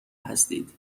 هستید